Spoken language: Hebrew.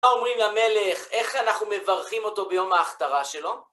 מה אומרים למלך איך אנחנו מברכים אותו ביום ההכתרה שלו?